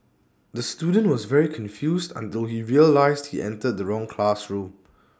the student was very confused until he realised he entered the wrong classroom